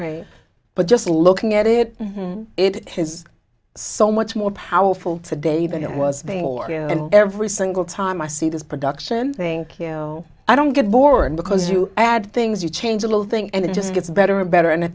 but just looking at it it is so much more powerful today than it was and every single time i see this production think you know i don't get bored because you add things you change a little thing and it just gets better and better and